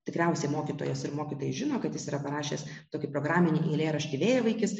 tikriausiai mokytojas ir mokytojai žino kad jis yra parašęs tokį programinį eilėraštį vėjavaikis